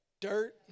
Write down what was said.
dirt